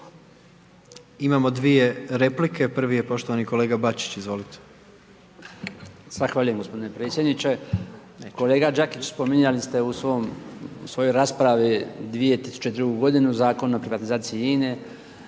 Imamo 2 replike, prvi je poštovani kolega Bačić, izvolite.